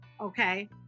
okay